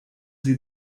sie